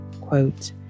quote